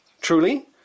truly